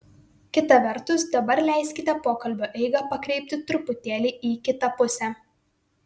kita vertus dabar leiskite pokalbio eigą pakreipti truputėlį į kitą pusę